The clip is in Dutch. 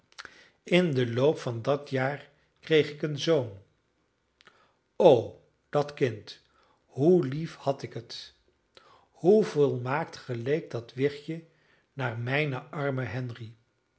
in den loop van dat jaar kreeg ik een zoon o dat kind hoe lief had ik het hoe volmaakt geleek dat wichtje naar mijnen armen henry